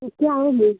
तो क्या होगी